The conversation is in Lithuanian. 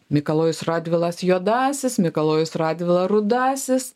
mikalojus radvilas juodasis mikalojus radvila rudasis